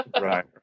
Right